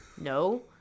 No